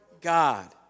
God